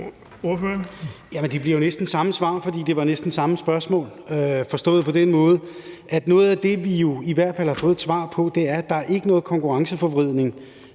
det bliver jo næsten samme svar, for det var næsten samme spørgsmål, forstået på den måde, at noget af det, vi jo i hvert fald har fået et svar på, er, at der ikke er noget konkurrenceforvridende